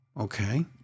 Okay